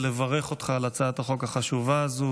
אני מרשה לעצמי להוסיף לברך אותך על הצעת החוק החשובה הזו.